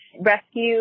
rescue